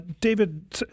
David